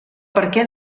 perquè